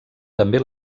també